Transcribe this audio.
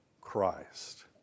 Christ